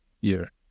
year